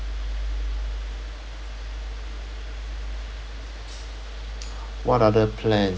what other plan